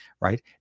right